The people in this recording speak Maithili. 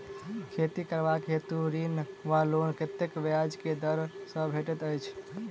खेती करबाक हेतु ऋण वा लोन कतेक ब्याज केँ दर सँ भेटैत अछि?